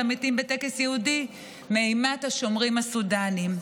המתים בטקס יהודי מאימת השומרים הסודנים.